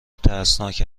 ترسناک